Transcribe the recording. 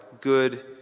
good